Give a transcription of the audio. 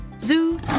Zoo